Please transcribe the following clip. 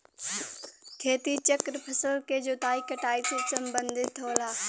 खेती चक्र फसल के जोताई कटाई से सम्बंधित होला